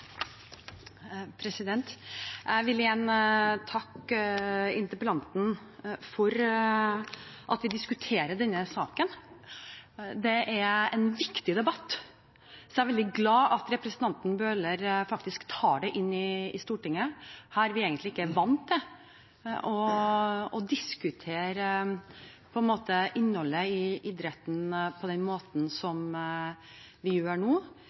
en viktig debatt, så jeg er veldig glad for at representanten Bøhler faktisk tar den inn i Stortinget. Her er vi egentlig ikke vant til å diskutere innholdet i idretten på den måten som vi gjør nå,